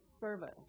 service